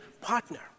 partner